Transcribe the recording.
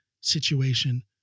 situation